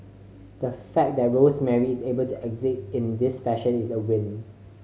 the fact that Rosemary is able to exit in this fashion is a win